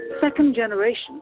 second-generation